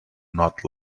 not